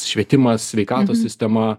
švietimas sveikatos sistema